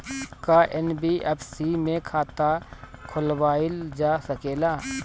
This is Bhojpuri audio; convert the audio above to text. का एन.बी.एफ.सी में खाता खोलवाईल जा सकेला?